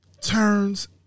turns